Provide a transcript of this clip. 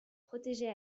protégée